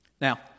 Now